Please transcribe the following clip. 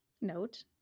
note